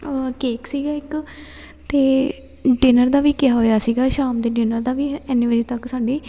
cake ਸੀਗਾ ਇੱਕ ਅਤੇ ਡਿਨਰ ਦਾ ਵੀ ਕਿਹਾ ਹੋਇਆ ਸੀਗਾ ਸ਼ਾਮ ਦੇ ਡਿਨਰ ਦਾ ਵੀ ਇੰਨੇ ਵਜੇ ਤੱਕ ਸਾਡੀ